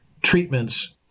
treatments